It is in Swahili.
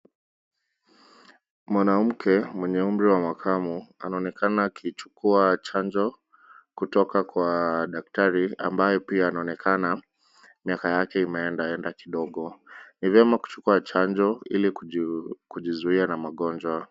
Mwanamke mwenye umri wa makamu anaonekana akichukua chanjo kutoka kwa daktari ambaye pia anaonekana miaka yake imeenda enda kidogo. Ni vyema kuchukua chanjo ili kujizuia na magonjwa.